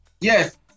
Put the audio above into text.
Yes